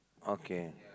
okay